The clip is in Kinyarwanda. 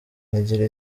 nkagira